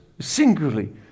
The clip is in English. singularly